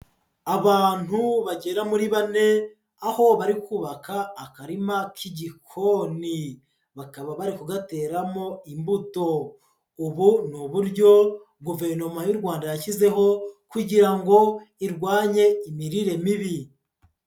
Abantu bagera muri bane, aho bari kubaka akarima k'igikoni. Bakaba bari kugateramo imbuto. Ubu ni uburyo guverinoma y'u Rwanda yashyizeho kugira ngo irwanye imirire mibi.